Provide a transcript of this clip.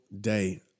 day